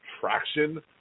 traction